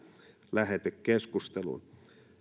lähetekeskusteluun